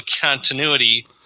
continuity